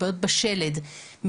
בעיות בשלד,